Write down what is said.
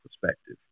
perspective